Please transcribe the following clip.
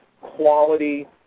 quality